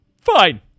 Fine